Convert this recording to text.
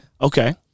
Okay